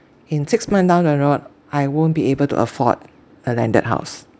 in six month down the road I won't be able to afford a landed house